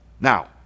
Now